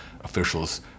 officials